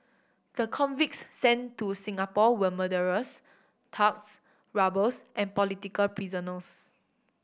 the convicts sent to Singapore were murderers thugs robbers and political prisoners